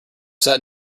set